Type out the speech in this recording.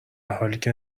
حالیکه